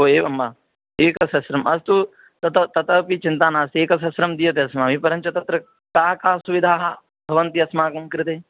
एवं वा एकसहस्रम् अस्तु तत् तथापि चिन्ता नास्ति एकसहस्रं दीयते अस्माभिः परञ्च तत्र का का सुविधाः भवन्ति अस्माकं कृते